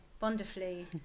wonderfully